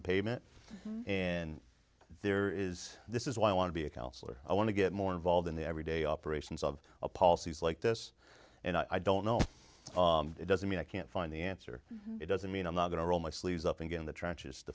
the pavement in there is this is why i want to be a counselor i want to get more involved in the every day operations of a policies like this and i don't know it doesn't mean i can't find the answer it doesn't mean i'm not going to roll my sleeves up and get in the trenches to